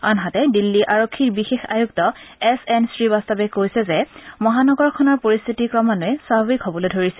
আনহাতে দিল্লী আৰক্ষীৰ বিশেষ আয়ুক্ত এছ এন শ্ৰী বাস্তৱে কৈছে যে মহানগৰখনৰ পৰিস্থিতি ক্ৰমান্নয়ে স্বাভাৱিক হ'ব ধৰিছে